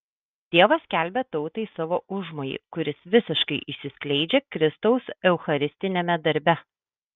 dievas skelbia tautai savo užmojį kuris visiškai išsiskleidžia kristaus eucharistiniame darbe